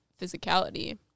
physicality